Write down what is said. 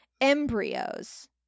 embryos